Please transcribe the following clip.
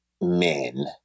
men